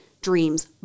dreams